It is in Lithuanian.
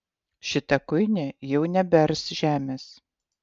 šita kuinė jau nebears žemės